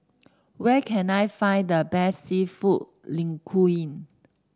where can I find the best seafood Linguine